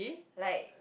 like